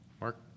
Mark